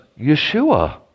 Yeshua